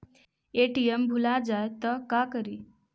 ATM भुला जाये त का करि?